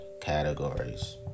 categories